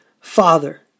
Father